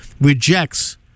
rejects